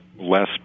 less